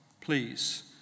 Please